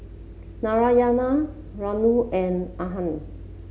Narayana Renu and Anand